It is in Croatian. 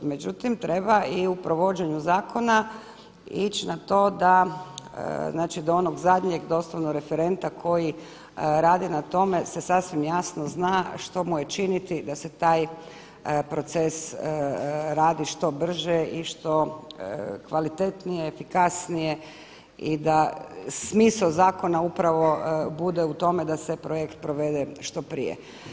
Međutim, treba i u provođenju zakona ići na to da znači do onog zadnjeg doslovno referenta koji radi na tome se sasvim jasno zna što mu je činiti da se taj proces radi što brže i što kvalitetnije, efikasnije i da smisao zakona upravo bude u tome da se projekt provede što prije.